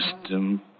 system